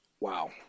wow